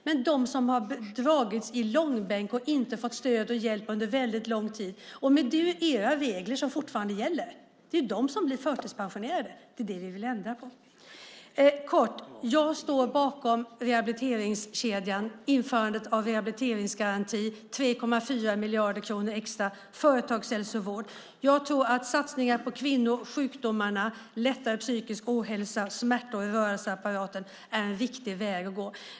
Det är de som har dragits i långbänk och inte fått stöd och hjälp under väldigt lång tid - och det är ju era regler som fortfarande gäller - som blir förtidspensionerade. Det är det som vi vill ändra på. Kort: Jag står bakom rehabiliteringskedjan, införandet av en rehabiliteringsgaranti, 3,4 miljarder kronor extra, företagshälsovård. Jag tror att satsningar på kvinnors sjukdomar, lättare psykisk ohälsa och smärtor i rörelseapparaten, är en riktig väg att gå.